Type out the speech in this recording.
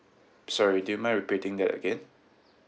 sorry do you mind repeating that again